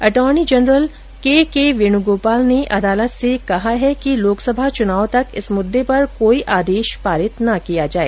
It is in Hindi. attorney general A K Venugopal ने अदालत से कहा कि लोकसभा चुनाव तक इस मुद्दे पर कोई आदेश पारित ना किया जाए